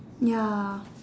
ya